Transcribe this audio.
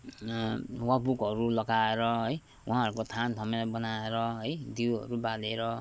वाबुकहरू लगाएर है उहाँहरूको थान थमेनाहरू बनाएर है दियोहरू बालेर